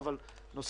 למה?